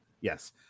Yes